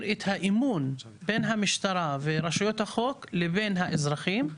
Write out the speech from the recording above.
את האמון בין המשטרה ורשויות החוק לבין האזרחים,